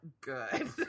good